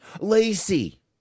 Lacey